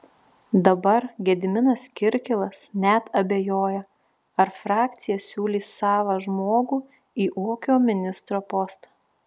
dabar gediminas kirkilas net abejoja ar frakcija siūlys savą žmogų į ūkio ministro postą